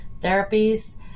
therapies